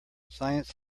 science